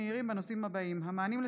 מהיר בהצעתם של